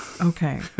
Okay